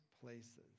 places